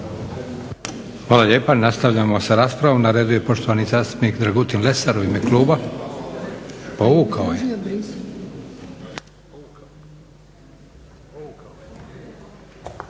Hvala lijepo. Nastavljamo sa raspravom. Na redu je poštovani zastupnik Dragutin Lesar u ime kluba. Povukao je.